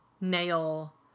nail